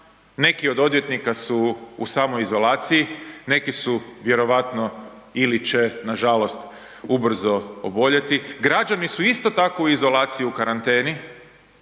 neki od odvjetnika su u samoizolaciji, neki su vjerojatno ili će nažalost ubrzo oboljeti, građani su isto tako u izolaciji u karanteni,